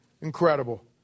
Incredible